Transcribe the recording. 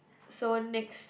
so next